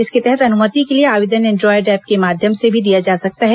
इसके तहत अनुमति के लिए आवेदन एंड्रायड ऐप के माध्यम से भी दिया जा सकता है